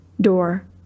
door